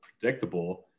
predictable